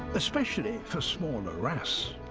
especially for smaller wrasse.